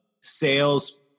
sales